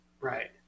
Right